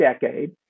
decade